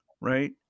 Right